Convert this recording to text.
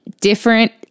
different